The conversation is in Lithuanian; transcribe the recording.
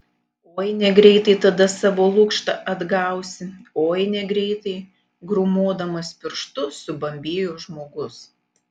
oi negreitai tada savo lukštą atgausi oi negreitai grūmodamas pirštu subambėjo žmogus